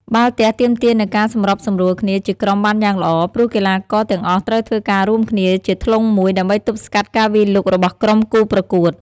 បាល់ទះទាមទារនូវការសម្របសម្រួលគ្នាជាក្រុមបានយ៉ាងល្អ ព្រោះកីឡាករទាំងអស់ត្រូវធ្វើការរួមគ្នាជាធ្លុងមួយដើម្បីទប់ស្កាត់ការវាយលុករបស់ក្រុមគូប្រកួត។